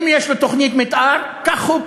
אם יש לו תוכנית מתאר, כך הוא פועל,